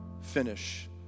finish